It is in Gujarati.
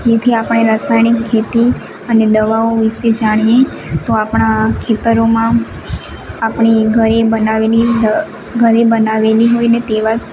તેથી આપણે રાસાયણિક ખેતી અને દવાઓ વિશે જાણીએ તો આપણા ખેતરોમાં આપણે ઘરે બનાવેલી ઘરે બનાવેલી હોય ને તેવા જ